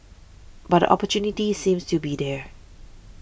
but the opportunity seems to be there